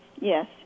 Yes